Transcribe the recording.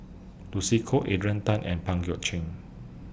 Lucy Koh Adrian Tan and Pang Guek Cheng